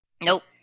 Nope